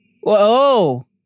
Whoa